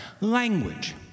language